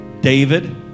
David